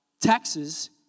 taxes